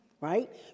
Right